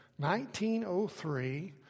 1903